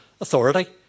authority